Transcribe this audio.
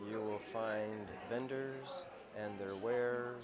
you'll find vendors and they're aware